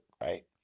right